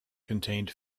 contained